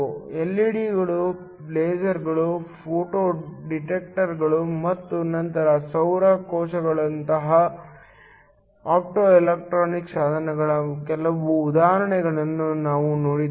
ಎಲ್ಇಡಿಗಳು ಲೇಸರ್ಗಳು ಫೋಟೋ ಡಿಟೆಕ್ಟರ್ಗಳು ಮತ್ತು ನಂತರ ಸೌರ ಕೋಶಗಳಂತಹ ಆಪ್ಟೊಎಲೆಕ್ಟ್ರಾನಿಕ್ ಸಾಧನಗಳ ಕೆಲವು ಉದಾಹರಣೆಗಳನ್ನು ನಾವು ನೋಡಿದ್ದೇವೆ